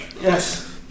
Yes